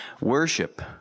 Worship